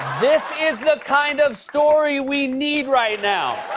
this is the kind of story we need right now!